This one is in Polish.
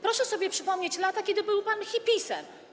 Proszę sobie przypomnieć lata, kiedy był pan hippisem.